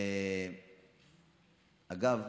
אגב,